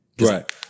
Right